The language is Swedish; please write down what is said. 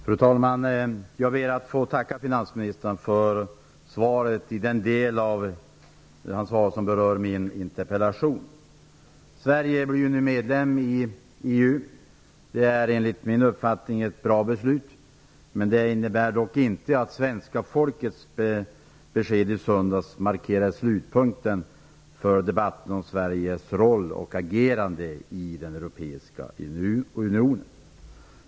Fru talman! Jag ber att få tacka finansministern för svaret i den del som berör min interpellation. Sverige blir nu medlem i EU. Det är enligt min uppfattning ett bra beslut. Men det innebär dock inte att svenska folkets besked i söndags markerade slutpunkten för debatten om Sveriges roll och agerande i den europeiska unionen.